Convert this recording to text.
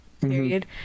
period